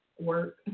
work